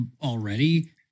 already